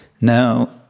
Now